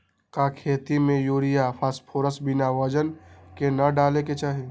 का खेती में यूरिया फास्फोरस बिना वजन के न डाले के चाहि?